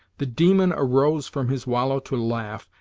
the demon arose from his wallow to laugh,